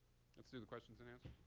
let's do the questions and answers?